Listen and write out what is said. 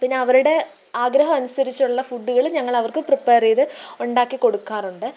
പിന്നെ അവരുടെ ആഗ്രഹം അനുസരിച്ചുള്ള ഫുഡുകളും ഞങ്ങളവർക്ക് പ്രിപ്പേറെയ്ത് ഉണ്ടാക്കി കൊടുക്കാറുണ്ട്